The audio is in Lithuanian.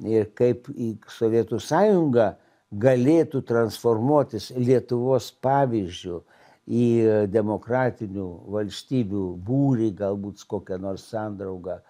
ir kaip į sovietų sąjunga galėtų transformuotis lietuvos pavyzdžiu į demokratinių valstybių būrį galbūts kokią nors sandraugą